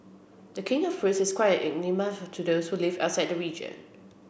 the king of fruits is quite an enigma to those who live outside the region